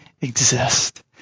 exist